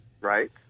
Right